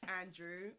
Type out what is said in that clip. Andrew